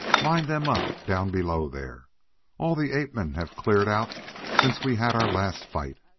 line them up down below there all the ape-men have cleared out since we had our last fight.